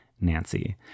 Nancy